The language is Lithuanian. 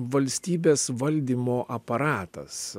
valstybės valdymo aparatas